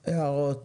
הערות.